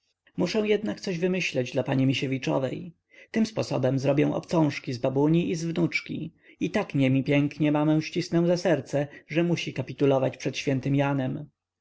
muszę jeszcze coś wymyśleć dla pani misiewiczowej tym sposobem zrobię obcążki z babuni i z wnuczki i tak niemi piękną mamę ścisnę za serce że musi kapitulować przed świętym janem